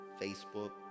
Facebook